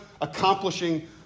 accomplishing